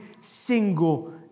single